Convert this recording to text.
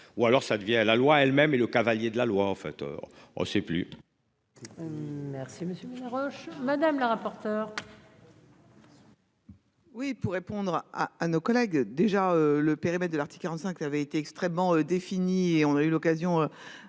ou alors ça devient la loi elle-même et le cavalier de la loi en fait. Or on sait plus. Merci monsieur Roche madame la rapporteure. Oui, pour répondre à, à nos collègues déjà le périmètre de l'Arctique 45 qui avait été extrêmement définies et on a eu l'occasion,